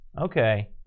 Okay